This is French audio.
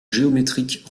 géométrique